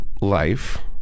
life